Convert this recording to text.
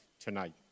tonight